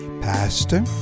pastor